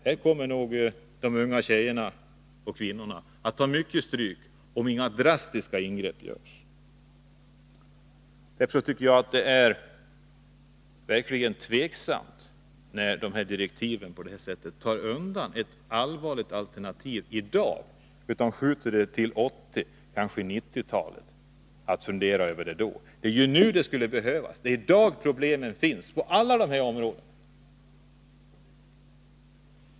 Här kommer nog de unga tjejerna och kvinnorna att få ta mycket stryk, om inga drastiska ingrepp görs. Därför tycker jag att det verkligen är tvivelaktigt när man i de här direktiven utesluter ett allvarligt alternativ i dag och i stället skjuter upp avgörandet till senare under 1980-talet, ja kanske till 1990-talet. Det är ju nu det skulle behövas. Det är i dag problemen finns på alla områden.